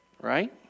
Right